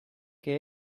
que